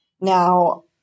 Now